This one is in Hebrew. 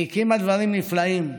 והיא הקימה דברים נפלאים: